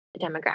demographic